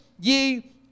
ye